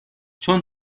چون